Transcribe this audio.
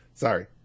Sorry